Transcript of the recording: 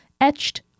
etched